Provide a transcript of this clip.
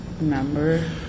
remember